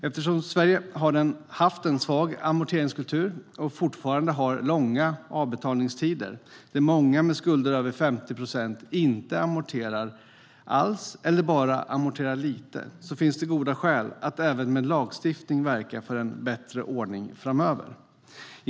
Eftersom Sverige har haft en svag amorteringskultur och fortfarande har långa avbetalningstider, där många med skulder över 50 procent inte amorterar alls eller bara amorterar lite, finns det goda skäl att även med lagstiftning verka för en bättre ordning framöver.